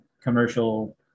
commercial